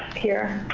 here.